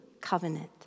covenant